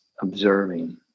observing